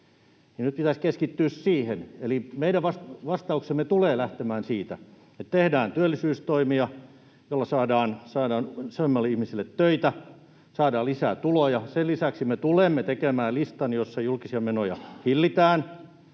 nyt pitäisi keskittyä siihen. Eli meidän vastauksemme tulee lähtemään siitä, että tehdään työllisyystoimia, joilla saadaan useammille ihmisille töitä ja saadaan lisää tuloja. Sen lisäksi me tulemme tekemään listan, jossa julkisia menoja hillitään